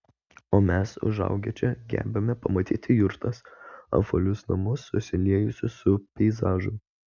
o mes užaugę čia gebame pamatyti jurtas apvalius namus susiliejusius su peizažu